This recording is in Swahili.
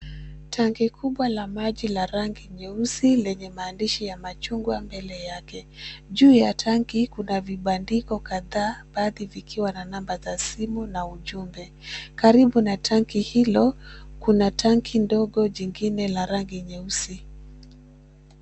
Tanki kubwa la maji la rangi nyeusi lenye maandishi ya machungwa mbele yake. Juu ya tanki kuna vibandiko kadhaa, baadhi vikiwa na namba za simu na ujumbe. Karibu na tanki hilo kuna tanki ndogo jingine la rangi nyeusi.